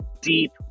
deep